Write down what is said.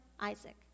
Isaac